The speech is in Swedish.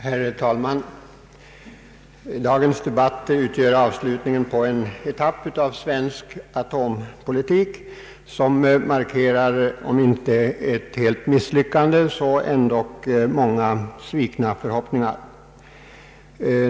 Herr talman! Dagens debatt utgör avslutningen på en etapp av svensk atompolitik som markerar om inte ett helt misslyckande så ändock många svikna förhoppningar.